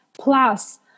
plus